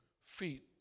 feet